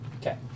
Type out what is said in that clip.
Okay